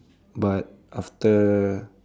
but after